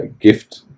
gift